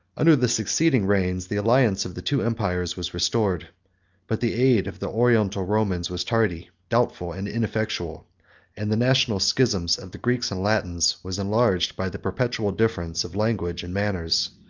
under the succeeding reigns, the alliance of the two empires was restored but the aid of the oriental romans was tardy, doubtful, and ineffectual and the national schism of the greeks and latins was enlarged by the perpetual difference of language and manners,